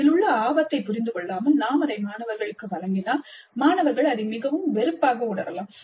இதில் உள்ள ஆபத்தை புரிந்து கொள்ளாமல் நாம் அதை மாணவர்களுக்கு வழங்கினால் மாணவர்கள் அதை மிகவும் வெறுப்பாக உணரலாம்